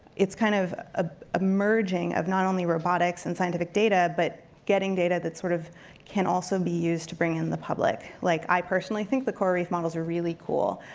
it's kind of ah emerging of not only robotics and scientific data, but getting data that sort of can also be used to bring in the public. like i personally think the coral reef models are really cool.